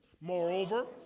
Moreover